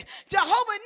Jehovah